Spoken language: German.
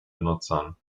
benutzern